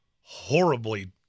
horribly